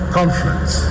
conference